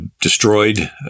destroyed